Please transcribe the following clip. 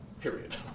period